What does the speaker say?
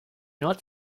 not